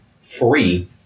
free